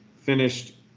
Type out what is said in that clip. finished